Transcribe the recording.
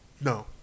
no